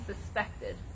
suspected